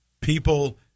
people